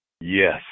Yes